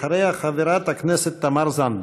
אחריה חברת הכנסת תמר זנדברג.